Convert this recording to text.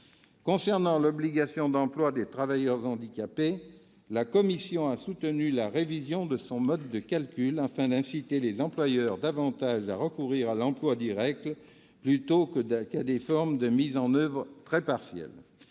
Concernant l'obligation d'emploi des travailleurs handicapés, la commission a soutenu la révision de son mode de calcul, afin d'inciter les employeurs à davantage recourir à l'emploi direct, plutôt qu'à des formes de mise en oeuvre très partielle.